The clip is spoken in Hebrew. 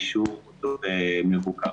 אישור מבוקר.